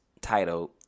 titled